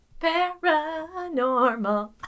paranormal